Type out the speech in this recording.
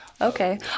Okay